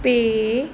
pay